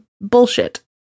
bullshit